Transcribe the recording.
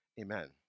Amen